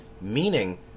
meaning